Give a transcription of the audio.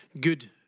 Good